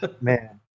man